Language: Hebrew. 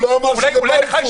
הוא לא אמר שזה בלפור,